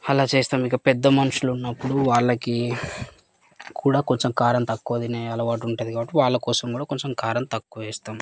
అలా చేస్తాం ఇక పెద్దమనుషులునప్పుడు వాళ్ళకి కూడా కొంచం కారం తక్కువ తినే అలవాటు ఉంటుంది కాబట్టి వాళ్ళకోసం కూడా కొంచెం కారం తక్కువ వేస్తాం